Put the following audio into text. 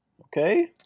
Okay